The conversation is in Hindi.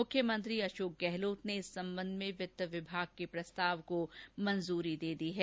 मुख्यमंत्री अशोक गहलोत ने इस संबंध में वित्त विभाग के प्रस्ताव को मंजूरी दे दी है